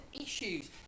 issues